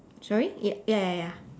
sorry y~ ya ya ya